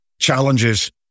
challenges